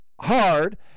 hard